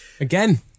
Again